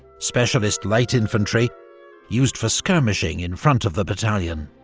specialist light infantry used for skirmishing in front of the battalion.